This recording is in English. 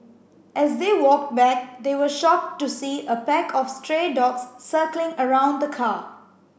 as they walked back they were shocked to see a pack of stray dogs circling around the car